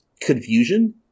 confusion